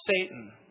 Satan